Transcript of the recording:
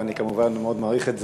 ואני כמובן מאוד מעריך את זה.